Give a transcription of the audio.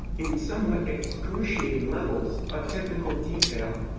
in somewhat excruciating levels of technical detail.